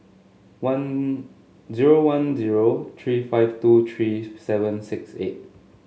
zero one zero three five two three seven six eight